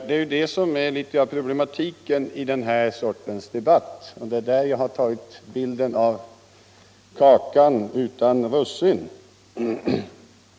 Det är ju det som är litet av problematiken i den här sortens debatt, och det är i det sammanhanget jag har tagit bilden av kakan utan russin.